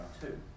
two